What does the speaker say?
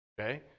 Okay